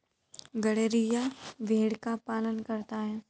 गड़ेरिया भेड़ का पालन करता है